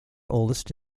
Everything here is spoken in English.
oldest